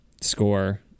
score